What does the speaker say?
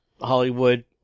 Hollywood